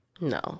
No